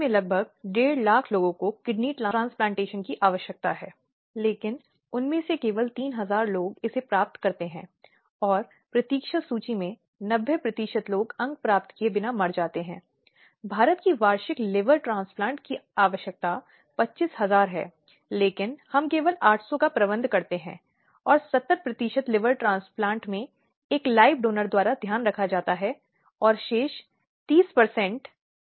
संदर्भस्लाइड देखें समय 0042 हम समझते हैं कि लिंग हिंसा एक बहुत ही महत्वपूर्ण मुद्दा है जो वर्तमान समय में महिलाएं का सामना करती हैं और इस हिंसा के विभिन्न रूप हैं जो महिलाओं के खिलाफ अपराध है